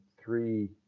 three